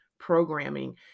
programming